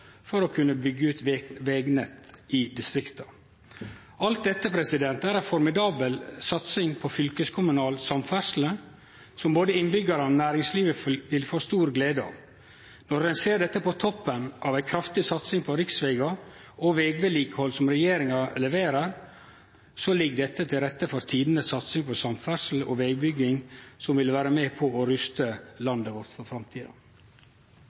for å kunne byggje ut vegnettet i distrikta. Alt dette er ei formidabel satsing på fylkeskommunal samferdsle som både innbyggjarane og næringslivet vil få stor glede av. Når ein ser dette på toppen av ei kraftig satsing på riksvegar og vegvedlikehald som regjeringa leverer, ligg det til rette for tidenes satsing på samferdsle og vegbygging som vil vere med på å ruste landet vårt for framtida.